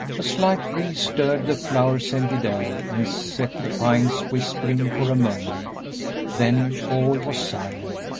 a slight breeze stirred the flower-scented air and set the pines whispering for a moment then all was silent.